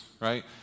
right